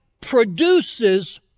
produces